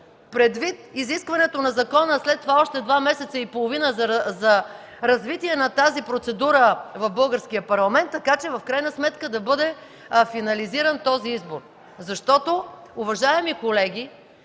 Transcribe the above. предвид изискванията на закона. След това още два месеца и половина за развитие на тази процедура в Българския парламент, така че в крайна сметка да бъде финализиран този избор. Уважаеми колеги,